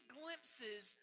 glimpses